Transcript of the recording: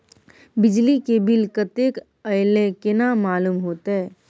बिजली के बिल कतेक अयले केना मालूम होते?